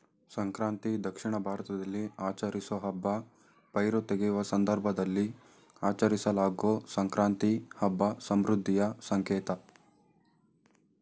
ಸಂಕ್ರಾಂತಿ ದಕ್ಷಿಣ ಭಾರತದಲ್ಲಿ ಆಚರಿಸೋ ಹಬ್ಬ ಪೈರು ತೆಗೆಯುವ ಸಂದರ್ಭದಲ್ಲಿ ಆಚರಿಸಲಾಗೊ ಸಂಕ್ರಾಂತಿ ಹಬ್ಬ ಸಮೃದ್ಧಿಯ ಸಂಕೇತ